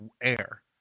air